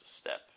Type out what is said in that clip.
step